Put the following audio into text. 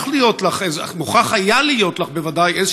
הייתה מוכרחה להיות לך בוודאי איזו